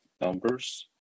numbers